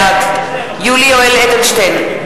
בעד יולי יואל אדלשטיין,